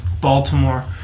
Baltimore